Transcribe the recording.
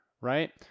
right